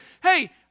hey